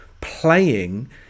playing